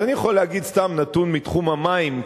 אני יכול להגיד סתם נתון מתחום המים,